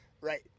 right